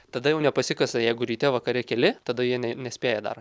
tada jau ne pasikasa jeigu ryte vakare keli tada jie nė nespėja dar